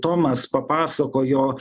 tomas papasakojo